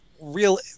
Real